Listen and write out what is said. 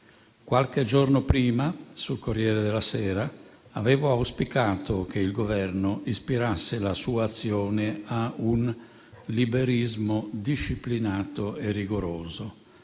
Qualche giorno prima, sul «Corriere della sera», avevo auspicato che il Governo ispirasse la sua azione a un «liberismo disciplinato e rigoroso»,